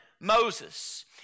Moses